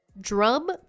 drum